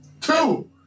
Two